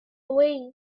way